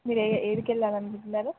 మీరు ఎక్కడకి వెళ్ళాలి అనుకుంటున్నారు